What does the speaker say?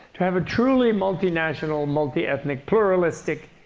to have a truly multinational, multi-ethnic, pluralistic,